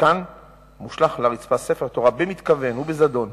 וכאן מושלך לרצפה ספר תורה במתכוון ובזדון,